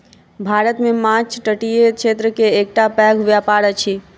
भारत मे माँछ तटीय क्षेत्र के एकटा पैघ व्यापार अछि